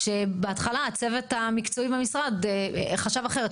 כשבהתחלה הצוות המקצועי במשרד חשב אחרת,